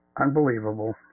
Unbelievable